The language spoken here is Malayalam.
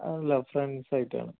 അല്ല ഫ്രണ്ട്സുമായിട്ടാണ്